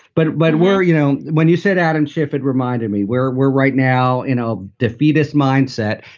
but what were you know, when you said adam schiff, it reminded me where we're right now in a defeatist mindset.